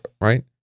right